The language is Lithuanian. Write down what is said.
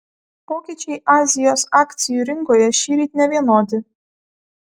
pokyčiai azijos akcijų rinkoje šįryt nevienodi